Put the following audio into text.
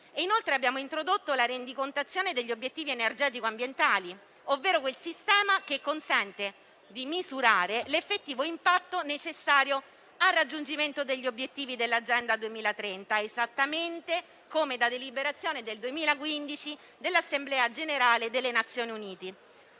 Inoltre, abbiamo introdotto la rendicontazione degli obiettivi energetico-ambientali, ovvero quel sistema che consente di misurare l'effettivo impatto necessario al raggiungimento degli obiettivi dell'Agenda 2030, esattamente come da deliberazione del 2015 dell'Assemblea generale delle Nazioni Unite.